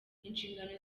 inshingano